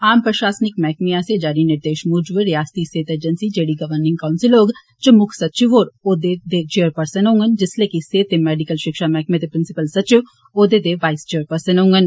आम प्रशासनिक मैहकमें आस्सेआ जारी निर्देश मूजब रियासती सेहत अजेंसी जेडी गवर्निंग कांऊसल होग दे मुक्ख सचिव होर औह्दे दे चेयरपर्सन होंगन जिस्सलै के सेहत ते मैडिकल शिक्षा मैहकमे दे प्रिंसिंपल सचिव औह्दे वाईस चेयरपर्सन होंगन